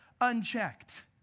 unchecked